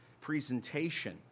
presentation